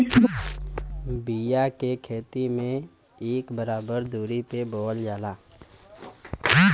बिया के खेती में इक बराबर दुरी पे बोवल जाला